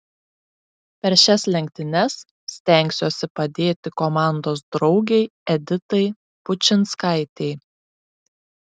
per šias lenktynes stengsiuosi padėti komandos draugei editai pučinskaitei